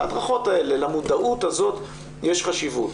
להדרכות האלה, למודעות הזאת יש חשיבות.